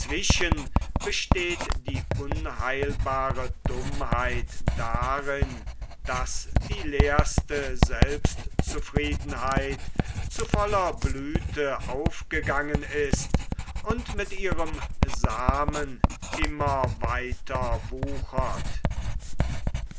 besteht die unheilbare dummheit darin daß die leerste selbstzufriedenheit zu voller blüthe aufgegangen ist und mit ihrem saamen immer weiter wuchert